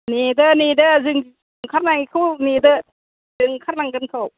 नेदो नेदो जों ओंखारनायखौ नेदो जों ओंखारलांगोनखौ